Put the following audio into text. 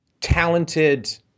talented